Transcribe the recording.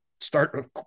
start